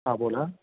हां बोला